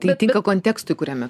tai tinka kontekstui kuriame